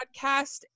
Podcast